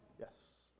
yes